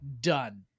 done